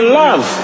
love